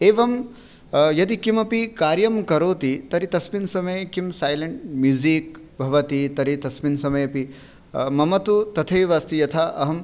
एवं यदि किमपि कार्यं करोति तर्हि तस्मिन् समये किं सैलेण्ट् म्यूज़िक् भवति तर्हि तस्मिन् समयेऽपि मम तु तथैव अस्ति यथा अहं